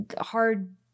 hard